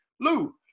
Lou